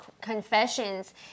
confessions